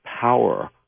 power